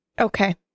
Okay